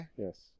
Yes